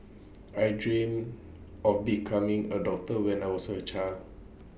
I dreamt of becoming A doctor when I was A child